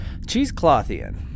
Cheeseclothian